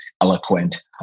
eloquent